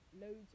loads